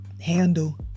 handle